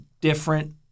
different